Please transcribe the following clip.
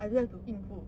I don't have to 营部